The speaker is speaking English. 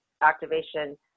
activation